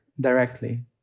directly